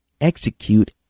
execute